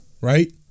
right